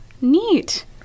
neat